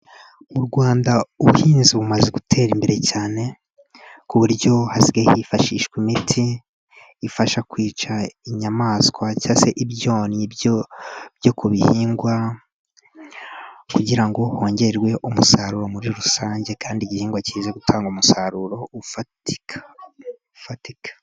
Mu wanda ubuhinzi bumaze gutera imbere cyane ku buryo hasigaye hifashishwa imiti ifasha kwica inyamaswa cya se ibyonnyi byo ku bihingwa kugira ngo hongerwe umusaruro muri rusange kandi igihingwa kize gutanga umusaruro ufatika ufatika.